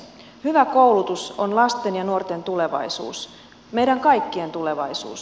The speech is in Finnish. hyvä koulutus on lasten ja nuorten tulevaisuus meidän kaikkien tulevaisuus